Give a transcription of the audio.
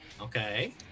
Okay